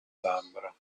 labbra